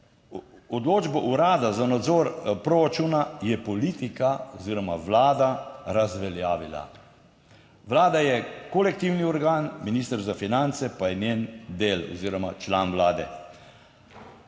odločbo Urada za nadzor proračuna je politika oziroma Vlada razveljavila. Vlada je kolektivni organ, minister za finance pa je njen del oziroma član Vlade.